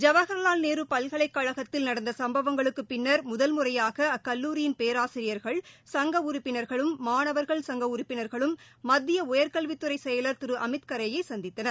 ஜவஹர்லால் நேரு பல்கலைக்கழத்தில் நடந்த சம்பவங்களுக்குப் பின்னர் முதல் முறையாக அக்கல்லூரியின் பேராசிரியர்கள் சங்க உறுப்பினர்களும் மாணவர்கள் சங்க உறுப்பினர்களும் மத்திய உயர்கல்வித்துறை செயலர் திரு அமித் காரேயை சந்தித்தனர்